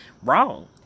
wrong